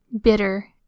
bitter